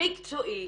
מקצועית